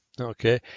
Okay